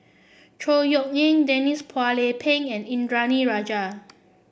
Chor Yeok Eng Denise Phua Lay Peng and Indranee Rajah